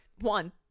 one